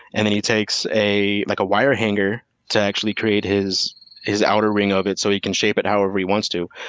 and then he takes, like, a wire hanger to actually create his his outer ring of it so he can shape it however he wants to.